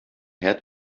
had